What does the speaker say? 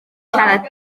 siarad